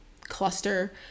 cluster